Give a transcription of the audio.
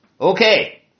Okay